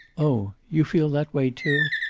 oh! you feel that way, too?